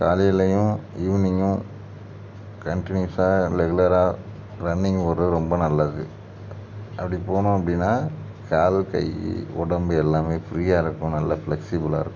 காலைலையும் ஈவினிங்கும் கன்டினியூஸா ரெகுலராக ரன்னிங் ஓடுறது ரொம்ப நல்லது அப்படி போனோம் அப்படினா கால் கை உடம்பு எல்லாமே ஃப்ரீயாக இருக்கும் நல்ல ஃப்ளெக்ஸிபிளாக இருக்கும்